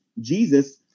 Jesus